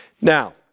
Now